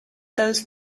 those